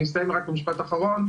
אסיים במשפט אחרון,